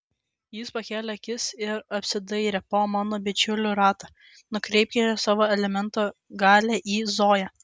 jis pakėlė akis ir apsidairė po mano bičiulių ratą nukreipkite savo elemento galią į zoją